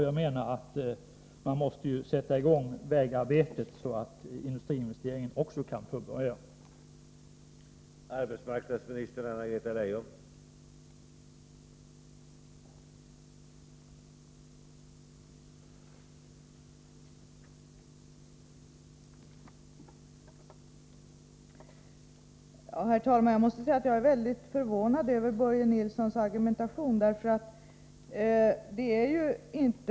Jag menar att man måste sätta i gång vägarbetet, så att industriinvesteringen också kan komma till stånd.